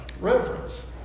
reverence